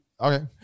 Okay